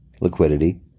liquidity